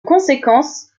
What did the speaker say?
conséquence